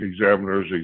Examiners